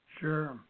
Sure